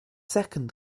second